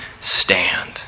stand